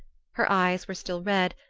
her eyes were still red,